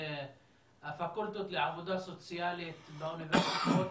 בפקולטות לעבודה סוציאלית באוניברסיטאות,